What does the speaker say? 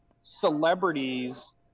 celebrities